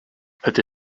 het